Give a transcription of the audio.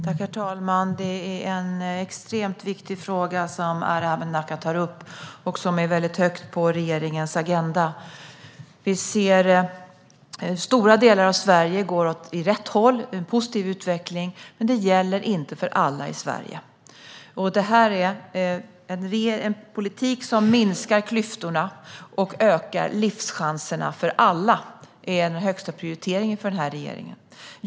Herr talman! Det är en extremt viktig fråga som Arhe Hamednaca tar upp, och den står högt upp på regeringens agenda. Stora delar av Sverige går åt rätt håll; det är en positiv utveckling. Men det gäller inte för alla i Sverige. En politik som minskar klyftorna och ökar livschanserna för alla är högsta prioritet för denna regering.